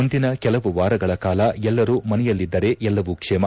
ಮುಂದಿನ ಕೆಲವು ವಾರಗಳ ಕಾಲ ಎಲ್ಲರೂ ಮನೆಯಲ್ಲಿದ್ದರೆ ಎಲ್ಲವೂ ಕ್ಷೇಮ